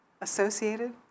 Associated